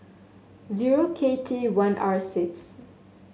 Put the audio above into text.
zero K T one R six